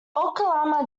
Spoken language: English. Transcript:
oklahoma